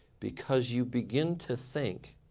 because you begin to think